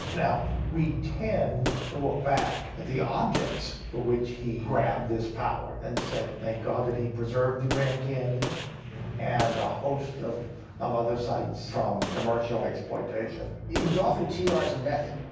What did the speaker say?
now we tend to look back at the objects for which he grabbed this power, and say, thank god that he preserved the grand canyon and a host of of other sites from commercial exploitation. it was often t r s method,